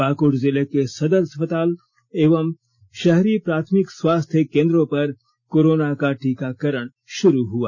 पाकुड़ जिले के सदर अस्पताल एवं शहरी प्राथमिक स्वास्थ्य केंद्र पर कोरोना का टीकाकरण शुरू हुआ